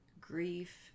grief